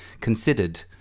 considered